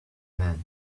man